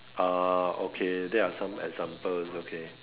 ah okay that are some examples okay